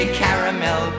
caramel